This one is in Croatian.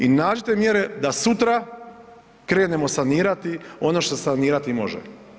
I nađite mjere da sutra krenemo sanirati ono što se sanirati može.